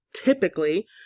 typically